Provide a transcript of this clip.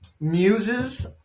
muses